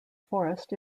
forest